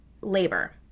labor